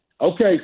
Okay